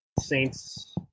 Saints